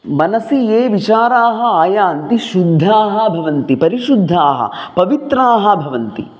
मनसि ये विचाराः आयान्ति शुद्धाः भवन्ति परिशुद्धाः पवित्राः भवन्ति